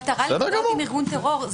המטרה להתמודד עם ארגון טרור,